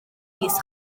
fis